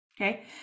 okay